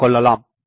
என கொள்ளலாம்